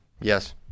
Yes